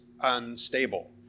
unstable